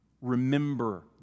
Remember